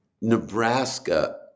Nebraska